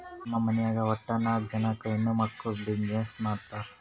ನಮ್ ಮನ್ಯಾಗ್ ವಟ್ಟ ನಾಕ್ ಜನಾ ಹೆಣ್ಮಕ್ಕುಳ್ ಬಿಸಿನ್ನೆಸ್ ಮಾಡ್ತಾರ್